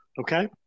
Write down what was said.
Okay